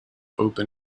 open